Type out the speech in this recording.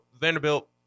Vanderbilt